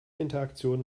interaktion